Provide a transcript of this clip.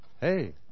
hey